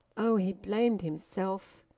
oh he blamed himself!